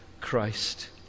Christ